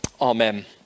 Amen